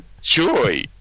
joy